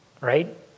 Right